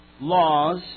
laws